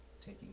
taking